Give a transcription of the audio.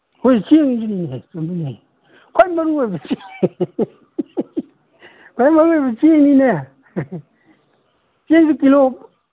ꯍꯣꯏ ꯆꯦꯡꯁꯨꯅꯤꯅꯦꯍꯦ ꯆꯨꯝꯃꯤꯅꯦꯍꯦ ꯈ꯭ꯋꯥꯏ ꯃꯔꯨꯑꯣꯏꯕ ꯆꯦꯡ ꯈ꯭ꯋꯥꯏ ꯃꯔꯨꯑꯣꯏꯕ ꯆꯦꯡꯅꯤꯅꯦ ꯆꯦꯡꯁꯦ ꯀꯤꯂꯣ